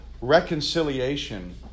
reconciliation